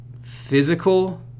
physical